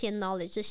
knowledge